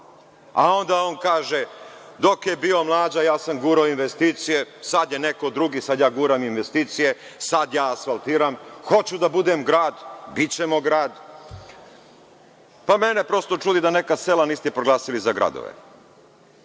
Onda on kaže – dok je bio Mlađa, ja sam gurao investicije, sad je neko drugi, sad ja guram investicije, sad ja asfaltiram, hoću da budem grad, bićemo grad. Mene prosto čudi da neka sela niste proglasili za gradove.